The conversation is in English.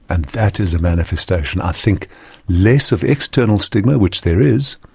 and that is a manifestation i think less of external stigma, which there is,